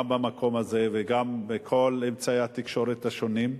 גם במקום הזה וגם בכל אמצעי התקשורת השונים: